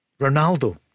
Ronaldo